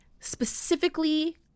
Specifically